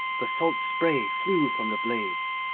the salt spray flew from the blades.